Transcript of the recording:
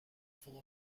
full